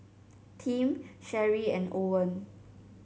Tim Sherree and Owen